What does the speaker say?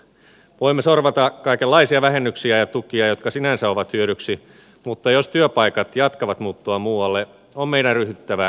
voimme sorvata kaikenlaisia vähennyksiä ja tukia jotka sinänsä ovat hyödyksi mutta jos työpaikat jatkavat muuttoaan muualle on meidän ryhdyttävä tositoimiin